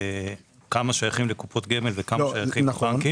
כמה שייכים לקופות גמל וכמה לבנקים.